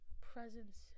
presence